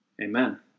Amen